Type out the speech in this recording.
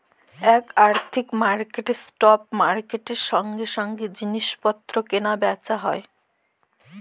এক আর্থিক মার্কেটে স্পট মার্কেটের সঙ্গে সঙ্গে জিনিস পত্র কেনা বেচা হয়